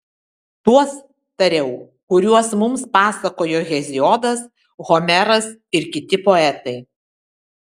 tuos tariau kuriuos mums pasakojo heziodas homeras ir kiti poetai